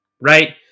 right